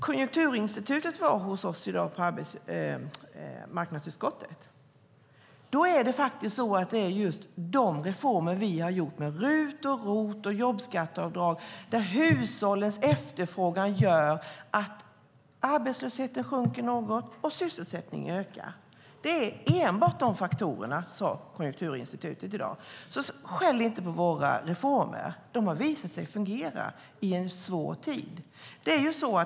Konjunkturinstitutet var och besökte oss i arbetsmarknadsutskottet i dag. Det visar sig att det faktiskt är de reformer som vi har gjort - RUT, ROT och jobbskatteavdraget - som innebär att hushållens efterfrågan gör att arbetslösheten sjunker något och sysselsättningen ökar. Det är enbart de faktorerna det beror på, sade man från Konjunkturinstitutet i dag. Skäll inte på våra reformer! De har visat sig fungera i en svår tid.